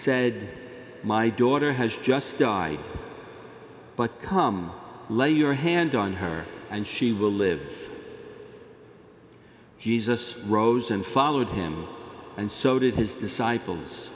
said my daughter has just died but come lay your hand on her and she will live he's a spy rose and followed him and so did his disciples